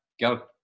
go